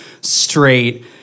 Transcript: straight